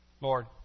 Lord